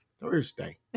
Thursday